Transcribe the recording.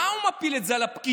מה הוא מפיל את זה על הפקידים?